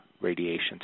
radiation